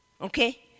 Okay